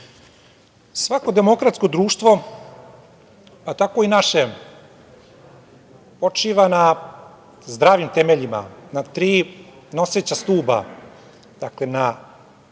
demokratsko društvo, a tako i naše, počiva na zdravim temeljima, na tri noseća stuba. Dakle, na